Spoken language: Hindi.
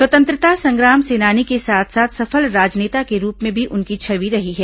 स्वतंत्रता संग्राम सेनानी के साथ साथ सफल राजनेता के रूप में भी उनकी छवि रही है